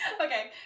okay